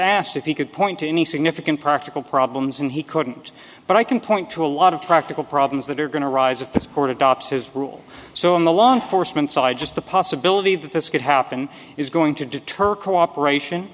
asked if he could point to any significant practical problems and he couldn't but i can point to a lot of practical problems that are going to rise of the sport adopts his rule so in the law enforcement side just the possibility that this could happen is going to deter cooperation